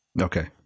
Okay